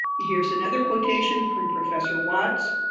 here's another quotation from professor watts,